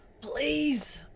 Please